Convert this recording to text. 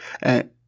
and-